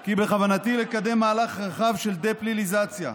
כי בכוונתי לקדם מהלך רחב של דה-פליליזציה,